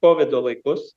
kovido laikus